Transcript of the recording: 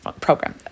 program